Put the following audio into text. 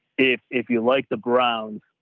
if if you like the browns.